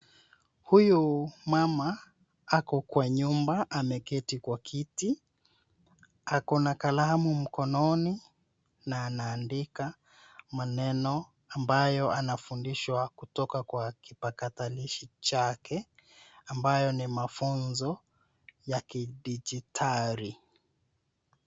Huyu mama ako kwa nyumba, ameketi kwa kiti. Ako na kalamu mkononi na anaandika maneno ambayo anafundishwa kutoka kwa kipakatalishi chake, ambayo ni mafunzo ya kidijitali.